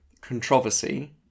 controversy